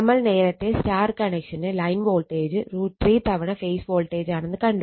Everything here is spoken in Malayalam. നമ്മൾ നേരത്തെ Y കണക്ഷന് ലൈൻ വോൾട്ടേജ് √ 3 തവണ ഫേസ് വോൾട്ടേജാണെന്ന് കണ്ടു